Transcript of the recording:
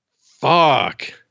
fuck